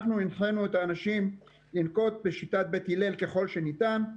אנחנו הנחינו את האנשים לנקוט בשיטת בית הלל ככל שניתן,